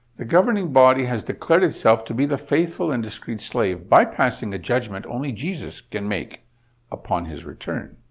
the governing body has declared itself to be the faithful and discreet slave bypassing a judgment only jesus can make upon his return.